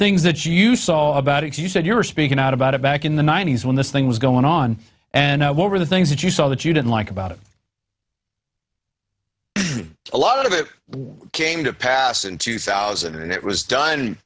things that you saw about it you said you were speaking out about it back in the ninety's when this thing was going on and what were the things that you saw that you didn't like about it a lot of it came to pass in two thousand and it was done